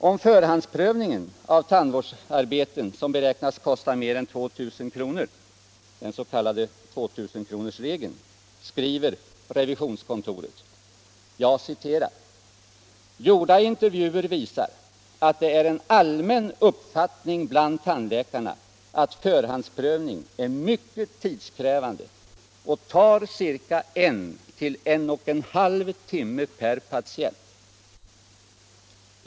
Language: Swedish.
Om förhandsprövningen av tandvårdsarbeten som beräknas kosta mer än 2000 kr., den s.k. 2 000-kronorsregeln, skriver revisionskontoret: ”Gjorda intervjuer visar att det är en allmän uppfattning bland tandläkarna att förhandsprövning är mycket tidskrävande och tar ca 1-1 1/2 timme per patient.